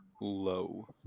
low